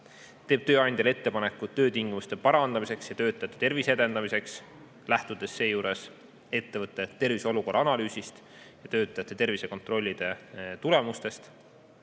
teeb tööandjale ettepanekud töötingimuste parandamiseks ja töötajate tervise edendamiseks, lähtudes seejuures ettevõtte [töö]tervishoiu olukorra analüüsist ja töötajate tervisekontrollide tulemustest,